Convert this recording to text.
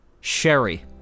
Sherry